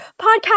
podcast